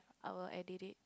our